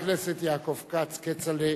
חבר הכנסת יעקב כץ, כצל'ה.